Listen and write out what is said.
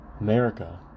America